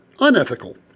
unethical